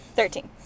Thirteen